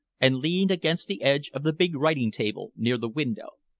and leaned against the edge of the big writing-table near the window.